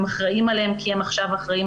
הם אחראים עליהם כי הם עכשיו אחראים